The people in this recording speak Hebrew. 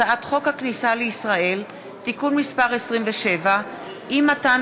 הצעת חוק הכניסה לישראל (תיקון מס' 27) (אי-מתן